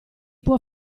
può